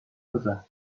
بزن